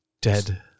Dead